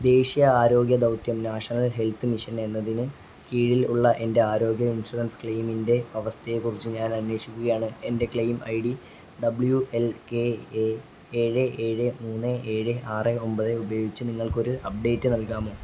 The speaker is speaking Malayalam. ദേശീയ ആരോഗ്യ ദൗത്യം നാഷണൽ ഹെൽത്ത് മിഷൻ എന്നതിന് കീഴിൽ ഉള്ള എൻ്റെ ആരോഗ്യ ഇൻഷുറൻസ് ക്ലെയിമിൻ്റെ അവസ്ഥയെക്കുറിച്ച് ഞാൻ അന്വേഷിക്കുകയാണ് എൻ്റെ claim I D W L K A ഏഴ് ഏഴ് മൂന്ന് ഏഴ് ആറ് ഒമ്പത് ഉപയോഗിച്ച് നിങ്ങൾക്ക് ഒരു അപ്ഡേറ്റ് നൽകാമോ